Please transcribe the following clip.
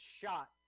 shot